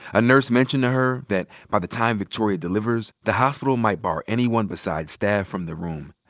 a nurse mentioned to her that by the time victoria delivers, the hospital might bar anyone besides staff from the room.